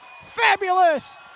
fabulous